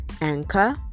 Anchor